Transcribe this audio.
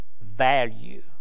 value